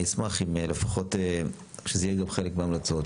אני אשמח אם לפחות שזה יהיה גם חלק מההמלצות.